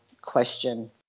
question